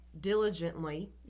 diligently